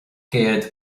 gcéad